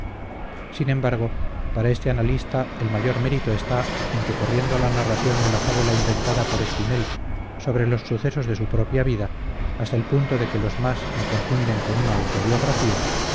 sin embargo para este analista el mayor mérito está en que corriendo la narración de la fábula inventada por espinel sobre los sucesos de su propia vida hasta el punto de que los más la confunden con una autobiografía